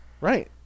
Right